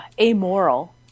amoral